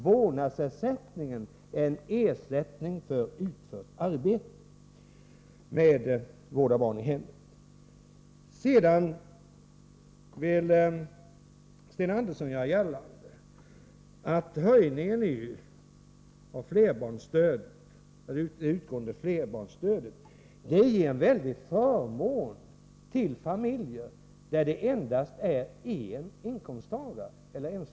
Vårdnadsersättningen är ersättning för utfört arbete med att vårda barn i hemmet. Sten Andersson vill göra gällande att höjningen av det utgående flerbarnsstödet ger en väldig förmån till familjer där det endast är en inkomsttagare.